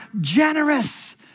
generous